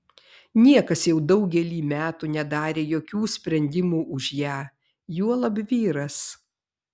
niekas jau daugelį metų nedarė jokių sprendimų už ją juolab vyras